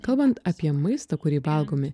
kalbant apie maistą kurį valgome